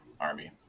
army